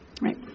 Right